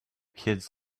kids